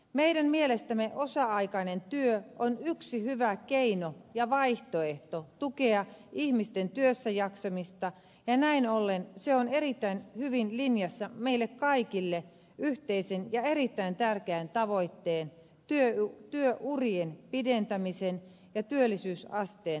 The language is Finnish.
meidän mielestämme osa aikainen työ on yksi hyvä keino ja vaihtoehto tukea ihmisten työssäjaksamista ja näin ollen se on erittäin hyvin linjassa meille kaikille yhteisen ja erittäin tärkeän tavoitteen työurien pidentämisen ja työllisyysasteen nostamisen kanssa